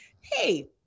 hey